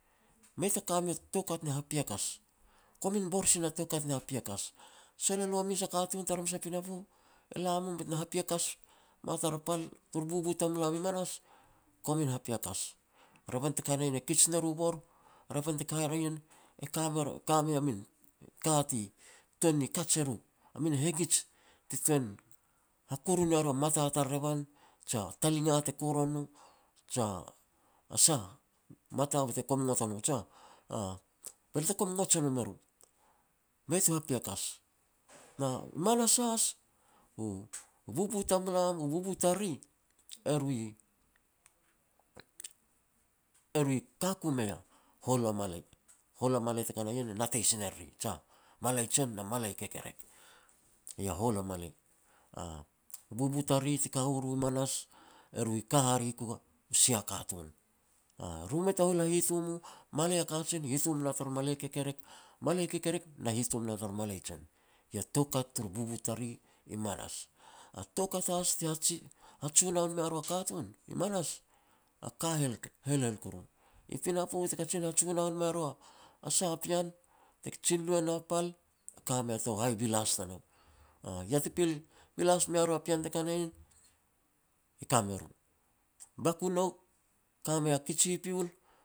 Mei ta ka mea ta toukat ni hapiakas. Komin bor sin a toukat ni hapiakas. Sol elo a mes a katun tara mes a pinapo, e la mum bet me hapiakas mua tara pal turu bubu i tamulam i manas, komin hapiakas. Revan te ka ria ien e kij ne ru bor, revan te ka ria ien e ka mer ka mei a min ka ti tuan ni kaj eru, a min hengij ti ha kurun ia ru a min mata tar revan, jia talinga te koron or, jia a sah, mata be te kom ngot o no jiah, aah, be lo te kom ngot e nom eru. Mei tu hapiakas. Na i mas has u bubu i tamulam u bubu i tariri, e ru i ka ku mei a hualu a malei. Hualu a malei te ka na ien e natei sin e riri, jiah. Malei jen na malei a kekerek, eiau a hualu a malei. Bubu tariri ti ka u ru manas eru ka haria ku ya sia katun. Ru mei ta hula hitom u, malei a kajen hitom na tara malei a kekerek, malei a kekerek na hitom na tara malei a kajen, iau a toukat turu bubu tariri i manas. A toukat has ti hajunoun mea ru a katun, i manas, a ka helhel kuru. I pinapo ti kajin hajunoun mea ru a sah a pean, kajin lu e na pal, ka mei a tou hai bilas tanou. Ia ti pil bilas sila mearu a pean te ka na ien, i ka me ru. Baku nou ka mei a kij hipiul